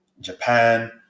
Japan